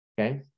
okay